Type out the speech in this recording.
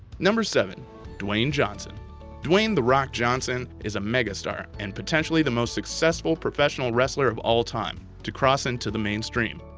seven dwayne johnson dwayne the rock johnson is a megastar and potentially the most successful professional wrestler of all time to cross into the mainstream.